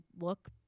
look